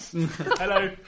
Hello